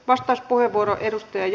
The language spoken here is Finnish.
vastauspuheenvuoro edusti